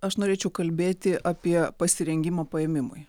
aš norėčiau kalbėti apie pasirengimą paėmimui